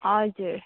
हजुर